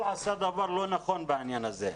עשה דבר לא נכון בעניין הזה.